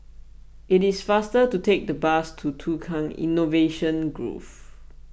it is faster to take the bus to Tukang Innovation Grove